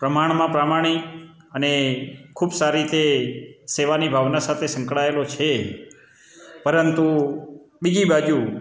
પ્રમાણમાં પ્રમાણિક અને ખૂબ સાર રીતે સેવાની ભાવના સાથે સંકળાયેલો છે પરંતુ બીજી બાજુ